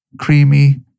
creamy